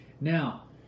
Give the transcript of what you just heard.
Now